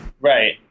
right